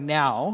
now